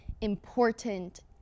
important